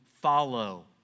follow